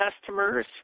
customers